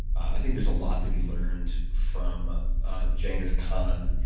i think there's a lot to be learned from genghis khan